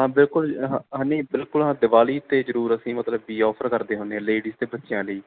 ਹਾਂ ਬਿਲਕੁਲ ਹਾਂ ਨਹੀਂ ਬਿਲਕੁਲ ਦਿਵਾਲੀ 'ਤੇ ਜ਼ਰੂਰ ਅਸੀਂ ਮਤਲਬ ਬਈ ਆਫਰ ਕਰਦੇ ਹੁੰਦੇ ਆ ਲੇਡੀਜ ਅਤੇ ਬੱਚਿਆਂ ਲਈ